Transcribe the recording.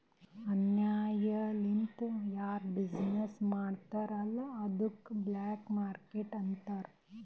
ಅನ್ಯಾಯ ಲಿಂದ್ ಯಾರು ಬಿಸಿನ್ನೆಸ್ ಮಾಡ್ತಾರ್ ಅಲ್ಲ ಅದ್ದುಕ ಬ್ಲ್ಯಾಕ್ ಮಾರ್ಕೇಟ್ ಅಂತಾರ್